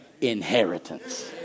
inheritance